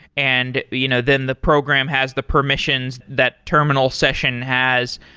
and you know then the program has the permissions that terminal session has.